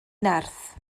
nerth